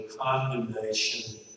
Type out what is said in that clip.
condemnation